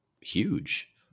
huge